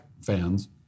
fans